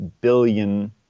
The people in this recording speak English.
billion